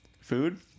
food